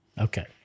Okay